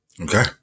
Okay